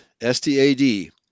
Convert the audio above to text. S-T-A-D